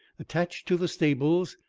attached to the stables,